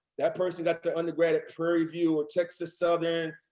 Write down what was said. that person got their undergrad at prairie view or texas southern.